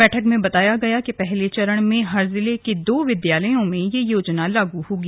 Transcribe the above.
बैठक में बताया गया कि पहले चरण में हर जिले के दो विद्यालयों में यह योजना लागू होगी